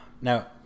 Now